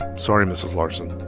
sorry, mrs. larson.